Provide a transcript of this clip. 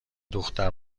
دختره